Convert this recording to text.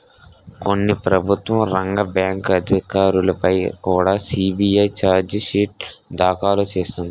కొన్ని ప్రభుత్వ రంగ బ్యాంకు అధికారులపై కుడా సి.బి.ఐ చార్జి షీటు దాఖలు చేసింది